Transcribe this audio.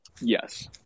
Yes